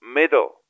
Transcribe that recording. middle